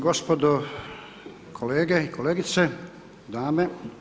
Gospodo kolege i kolegice, dame.